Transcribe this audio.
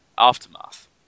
aftermath